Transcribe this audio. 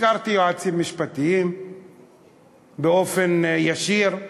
הכרתי יועצים משפטיים באופן ישיר.